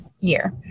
Year